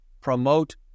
promote